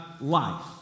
life